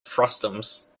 frustums